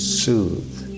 soothe